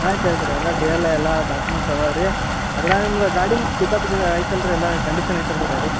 ಆಯ್ತು ಆಯ್ತು ರೀ ಎಲ್ಲ ಡಿ ಎಲ್ ಎಲ್ಲ ಡಾಕ್ಯುಮೆಂಟ್ಸ್ ಅದಾವೆ ರೀ ಅದ್ರಾಗ ನಿಮ್ದು ಗಾಡಿ ಮತ್ತು ಪಿಕಪ್ ಐತಲ್ಲ ರೀ ಎಲ್ಲ ಕಂಡೀಷನ್ ಐತಲ್ಲ ರೀ ಗಾಡಿ